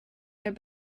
their